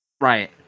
Right